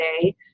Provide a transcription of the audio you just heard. today